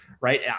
right